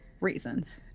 reasons